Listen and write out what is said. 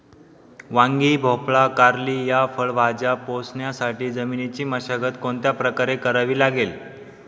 वांगी, भोपळा, कारली या फळभाज्या पोसण्यासाठी जमिनीची मशागत कोणत्या प्रकारे करावी लागेल?